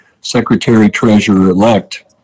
secretary-treasurer-elect